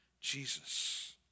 Jesus